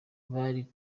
bari